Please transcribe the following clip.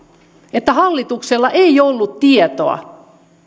että hallituksella ei ollut tietoa